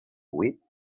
huit